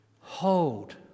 hold